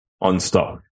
unstuck